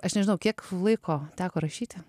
aš nežinau kiek laiko teko rašyti